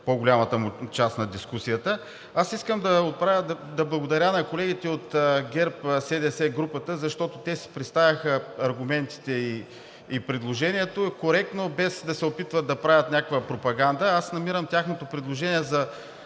по-голямата част от дискусията. Искам да благодаря на колегите от ГЕРБ-СДС групата, защото те си представиха аргументите и предложението коректно, без да се опитват да правят някаква пропаганда. Намирам тяхното предложение за